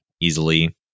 easily